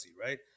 right